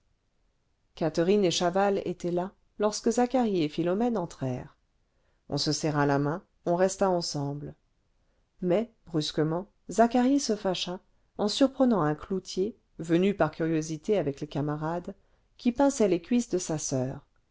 catherine et chaval étaient là lorsque zacharie et philomène entrèrent on se serra la main on resta ensemble mais brusquement zacharie se fâcha en surprenant un cloutier venu par curiosité avec les camarades qui pinçait les cuisses de sa soeur